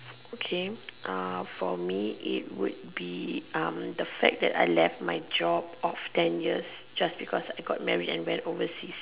okay uh for me it would be um the fact that I left my job of ten years just because I got marriage and went overseas